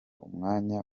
umwanya